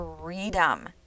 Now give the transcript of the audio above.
freedom